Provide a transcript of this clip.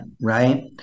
right